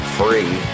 free